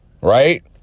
right